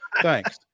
thanks